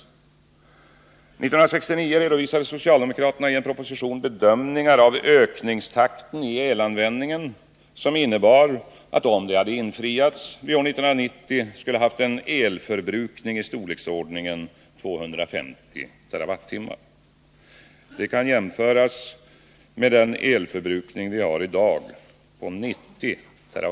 1969 redovisade socialdemokraterna i en proposition bedömningar av ökningstakten i elanvändningen som innebar att, om de infriats, vi år 1990 skulle ha haft en elförbrukning i storleksordningen 250 TWh. Det kan jämföras med den elförbrukning vi har i dag på 90 TWh.